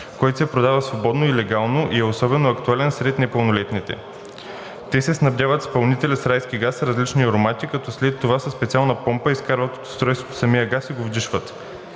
който се продава свободно и легално и е особено актуален сред непълнолетните. Те се снабдяват с пълнителите с райски газ с различни аромати, като след това със специална помпа изкарват от устройствата самия газ и го вдишват.